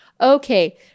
Okay